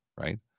right